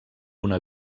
una